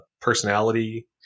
personality